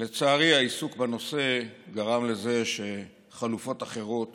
לצערי העיסוק בנושא גרם לזה שחלופות אחרות